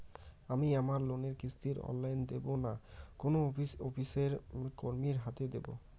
আমি আমার লোনের কিস্তি অনলাইন দেবো না কোনো অফিসের কর্মীর হাতে দেবো?